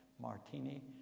Martini